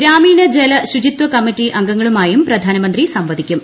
ഗ്രാമീണ് ജല ശുചിത്വ കമ്മിറ്റി അംഗങ്ങളുമായും പ്രധാനമന്ത്രി സംവദിക്കും